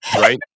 right